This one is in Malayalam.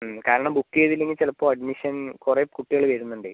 കാരണം ബുക്ക് ചെയ്തില്ലെങ്കിൽ ചിലപ്പോൾ അഡ്മിഷൻ കുറേ കുട്ടികൾ വരുന്നുണ്ടേ